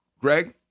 Greg